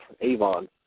Avon